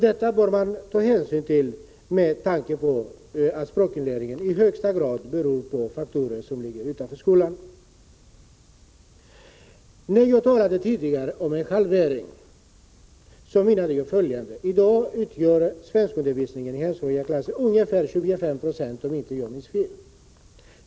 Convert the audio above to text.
Det bör man göra med tanke på att språkinlärningen i högsta grad beror på faktorer som ligger utanför skolan. När jag tidigare talade om en halvering menade jag följande. I dag utgör svenskundervisningen i enspråkiga klasser ungefär 25 96, om jag inte minns fel.